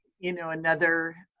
you know, another,